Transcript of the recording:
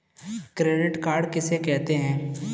Credit card किसे कहते हैं?